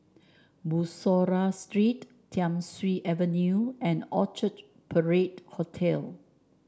Bussorah Street Thiam Siew Avenue and Orchard Parade Hotel